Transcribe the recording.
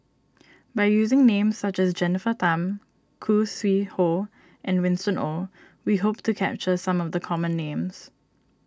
by using names such as Jennifer Tham Khoo Sui Hoe and Winston Oh we hope to capture some of the common names